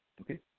Okay